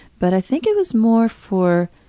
but i think it was more for